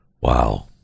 Wow